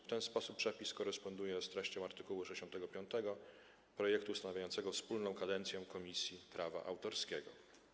W ten sposób przepis koresponduje z treścią art. 65 projektu, ustanawiającego wspólną kadencję Komisji Prawa Autorskiego.